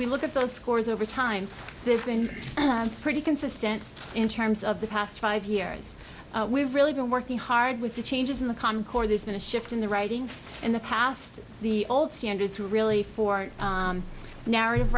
we look at their scores over time they've been pretty consistent in terms of the past five years we've really been working hard with the changes in the concorde there's been a shift in the writing in the past the old standards who really for narrative